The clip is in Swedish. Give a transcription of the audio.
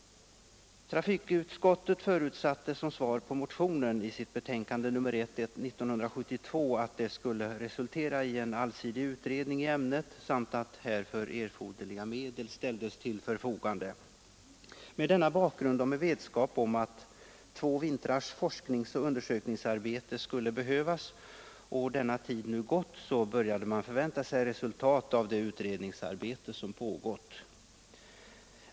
Som svar på motionen förutsatte trafikutskottet i sitt betänkande nr 1 år 1972 att det skulle ske en allsidig utredning i ämnet samt att härför erforderliga medel skulle ställas till förfogande. Mot denna bakgrund och med vetskap om att två vintrars forskningsoch undersökningsarbete skulle behövas och att denna tid nu förflutit börjar man förvänta sig resultat av utredningsarbetet.